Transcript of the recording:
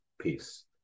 peace